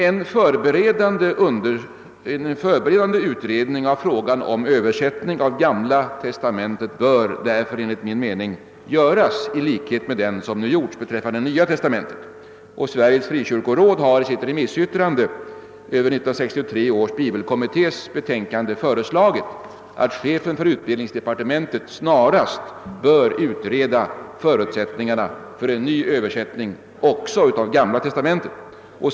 En förberedande utredning av frågan om översättning av Gamla testamentet bör därför enligt min mening göras, i likhet med vad som gjorts beträffande Nya testamentet. Sveriges frikyrkoråd har i sitt remissyttrande över 1963 års bibelkommittés betänkande föreslagit att chefen för utbildningsdepartementet snarast bör utreda förutsättningarna för en ny översättning också av Gamla testamentet.